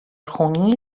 خونی